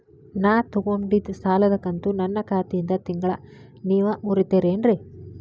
ನಾ ತೊಗೊಂಡಿದ್ದ ಸಾಲದ ಕಂತು ನನ್ನ ಖಾತೆಯಿಂದ ತಿಂಗಳಾ ನೇವ್ ಮುರೇತೇರೇನ್ರೇ?